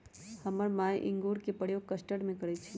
हमर माय इंगूर के प्रयोग कस्टर्ड में करइ छै